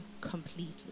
completely